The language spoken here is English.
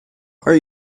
are